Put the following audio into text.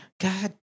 God